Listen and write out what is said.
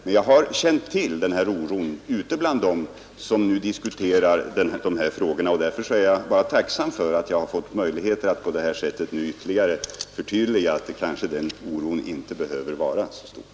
Men jag har känt till oron bland dem som nu diskuterar dessa frågor, och därför är jag tacksam för att jag har fått möjlighet att på detta sätt ytterligare förtydliga, att den oron kanske inte behöver vara så motiverad.